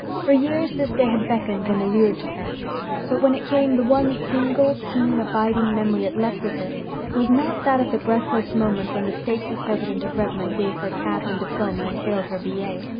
for years this day had beckoned and allured to her but when it came the one single, keen, abiding memory it left with her was not that of the breathless moment when the stately president of redmond gave her cap and diploma and hailed her b a.